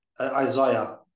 Isaiah